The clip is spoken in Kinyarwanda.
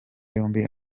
yombi